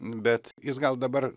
bet jis gal dabar